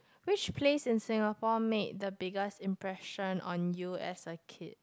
which place in Singapore make the biggest impression on you as a kid